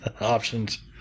options